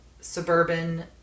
suburban